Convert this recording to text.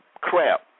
crap